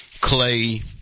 clay